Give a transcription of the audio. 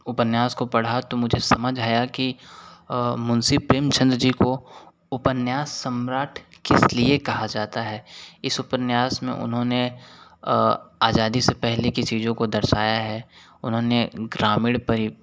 उपन्यास को पढ़ा तो मुझे समझ आया कि मुंशी प्रेमचंद जी को उपन्यास सम्राट किसलिए कहा जाता है इस उपन्यास में उन्होंने आजादी से पहले की चीज़ों को दर्शाया है उन्होंने ग्रामीण परि